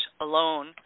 alone